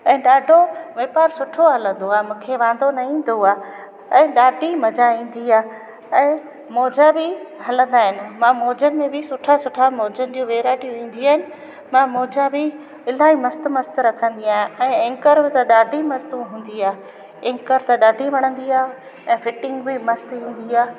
ऐं ॾाढो वापारु सुठो हलंदो आहे मूंखे वांदो न ईंदो आहे ऐं ॾाढी मज़ा ईंदी आहे ऐं मोज़ा बि हलंदा आहिनि मां मोज़नि में बि सुठा सुठा मोज़नि जी वैराइटियूं ईंदियूं आहिनि मां मोज़ा बि इलाही मस्तु मस्तु रखंदी आहियां ऐं एंकर बि त ॾाढी मस्तु हूंदी आहे एंकर त ॾाढी वणंदी आहे ऐं फिटिंग बि मस्तु ईंदी आहे